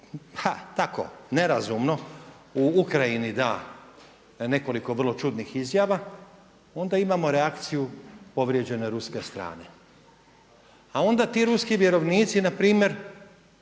ha, tako, nerazumno, u Ukrajini da nekoliko vrlo čudnih izjava onda imamo reakciju povrijeđene ruske strane a onda ti ruski vjerovnici npr. se